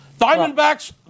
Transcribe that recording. Diamondbacks